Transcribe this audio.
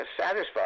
satisfied